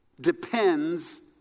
depends